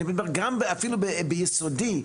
גם אפילו ביסודי,